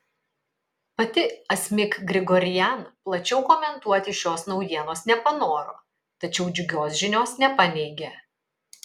pati asmik grigorian plačiau komentuoti šios naujienos nepanoro tačiau džiugios žinios nepaneigė